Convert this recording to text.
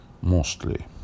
mostly